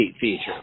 feature